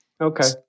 Okay